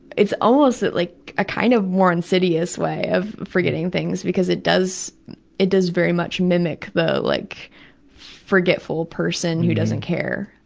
almost like a kind of more insidious way of forgetting things because it does it does very much mimic the like forgetful person who doesn't care.